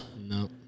No